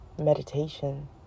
meditation